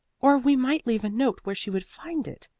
or we might leave a note where she would find it,